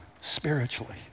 spiritually